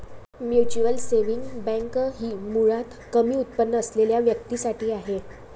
mutual saving bank ही मुळात कमी उत्पन्न असलेल्या व्यक्तीं साठी आहे